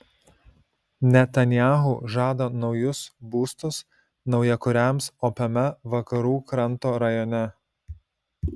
netanyahu žada naujus būstus naujakuriams opiame vakarų kranto rajone